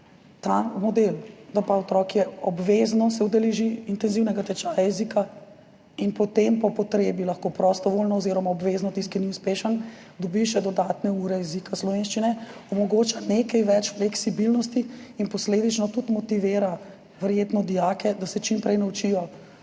Ta model, da pa je za otroka obvezno udeležiti se intenzivnega tečaja jezika in potem po potrebi lahko prostovoljno oziroma obvezno, tisti, ki ni uspešen, dobi še dodatne ure jezika slovenščine, omogoča nekaj več fleksibilnosti in posledično verjetno tudi motivira dijake, da se čim prej naučijo